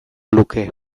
luke